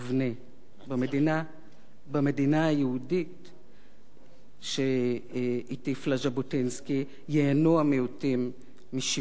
במדינה היהודית שהטיף לה ז'בוטינסקי ייהנו המיעוטים משוויון מלא,